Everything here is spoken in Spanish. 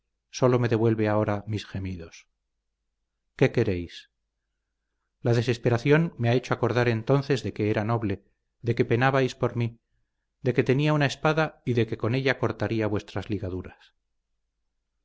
sólo me devuelve ahora mis gemidos qué queréis la desesperación me ha hecho acordar entonces de que era noble de que penabais por mí de que tenía una espada y de que con ella cortaría vuestras ligaduras